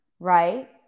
right